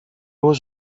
was